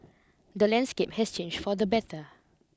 the landscape has changed for the better